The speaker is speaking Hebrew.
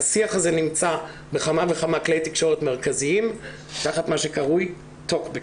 השיח הזה נמצא בכמה וכמה כלי תקשורת מרכזיים תחת מה שקרוי טוקבקים.